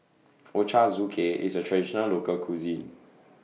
Ochazuke IS A Traditional Local Cuisine